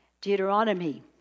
Deuteronomy